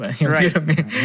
Right